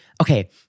Okay